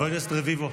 חברת הכנסת רביבו.